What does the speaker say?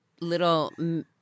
little